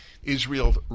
Israel